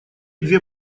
две